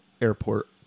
airport